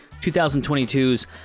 2022's